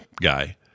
guy